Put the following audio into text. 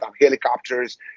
helicopters